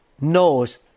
knows